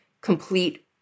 complete